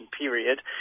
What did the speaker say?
period